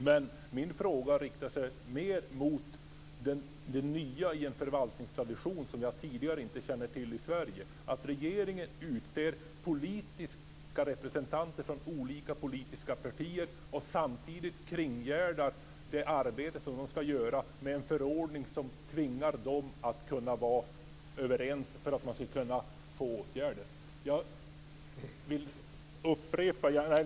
Men min fråga riktar sig mer mot det nya som jag tidigare inte känner till i en förvaltningstradition i Sverige, att regeringen utser politiska representanter från olika politiska partier och samtidigt kringgärdar det arbete de ska utföra med en förordning som tvingar dem att vara överens för att de ska få resurser till åtgärder.